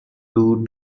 two